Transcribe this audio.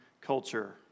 culture